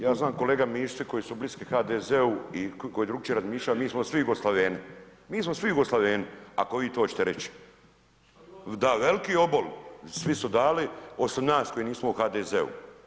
Ja znam kolega Mišić koji su bliski HDZ-u i koji drugačije razmišljaju, mi smo svi Jugoslaveni, mi smo svi Jugoslaveni ako vi to hoćete reći. ... [[Upadica se ne čuje.]] Da, veliki obol, svi su dali osim nas koji nismo u HDZ-u.